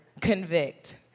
convict